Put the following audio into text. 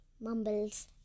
mumbles